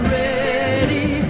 ready